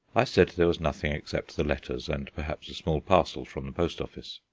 i said there was nothing except the letters and perhaps a small parcel from the post office.